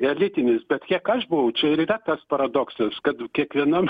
elitinis bet kiek aš buvau čia ir yra tas paradoksas kad kiekvienam